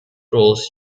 roles